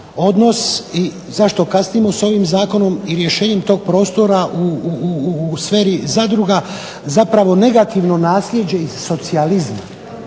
zašto kasnimo s ovim zakonom i rješenjem tog prostora u sferi zadruga, zapravo negativno nasljeđe iz socijalizma.